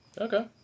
Okay